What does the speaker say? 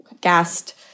gassed